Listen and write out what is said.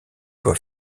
doit